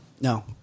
no